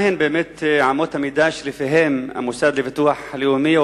מה הן באמת אמות המידה שלפיהן המוסד לביטוח לאומי או